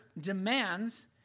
demands